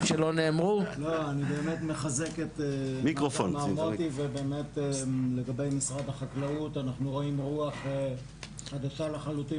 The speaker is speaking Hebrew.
אני באמת מחזק את ובאמת לגבי משרד החקלאות אנחנו רואים רוח חדשה לחלוטין